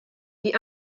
die